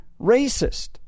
racist